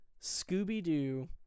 Scooby-Doo